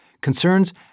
concerns